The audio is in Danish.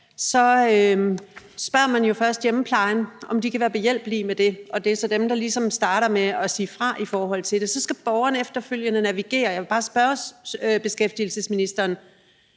spørger man jo først hjemmeplejen, om de kan være behjælpelige med det. Det er så dem, der ligesom starter med at sige fra i forhold til det. Så skal borgeren efterfølgende navigere ud fra det selv. Jeg vil bare spørge beskæftigelsesministeren: